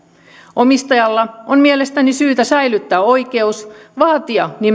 omistajalla on mielestäni syytä säilyttää oikeus vaatia